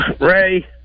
Ray